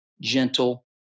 gentle